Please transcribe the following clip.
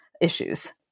issues